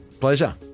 Pleasure